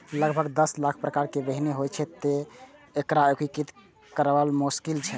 लगभग दस लाख प्रकारक बीहनि होइ छै, तें एकरा वर्गीकृत करब मोश्किल छै